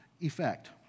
effect